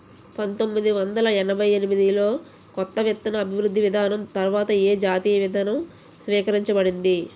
పంతోమ్మిది వందల ఎనభై ఎనిమిది లో కొత్త విత్తన అభివృద్ధి విధానం తర్వాత ఏ జాతీయ విత్తన విధానం స్వీకరించబడింది?